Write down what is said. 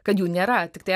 kad jų nėra tiktai